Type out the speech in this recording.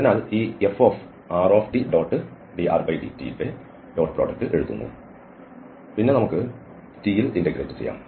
അതിനാൽ ഈFrtdrdt ന്റെ ഡോട്ട് പ്രോഡക്റ്റ് എഴുതുന്നു പിന്നെ നമുക്ക് t യിൽ ഇന്റഗ്രേറ്റ് ചെയ്യാം